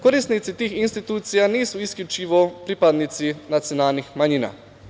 Korisnici tih institucija nisu isključivo pripadnici nacionalnih manjina.